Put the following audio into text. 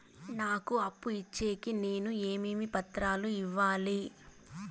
నాకు అప్పు ఇచ్చేకి నేను ఏమేమి పత్రాలు ఇవ్వాలి